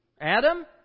Adam